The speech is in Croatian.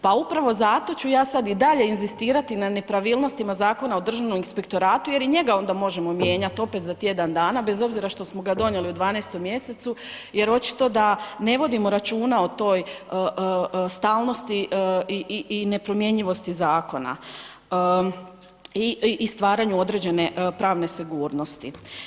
Pa upravo zato ću ja sad i dalje inzistirati na nepravilnostima Zakona o Državnom inspektoratu jer i njega onda možemo mijenjati opet za tjedan dana bez obzira što smo ga donijeli u 12. mj. jer očito da ne vodimo računa o toj stalnosti i nepromjenjivosti zakona i stvaranju određene pravne sigurnosti.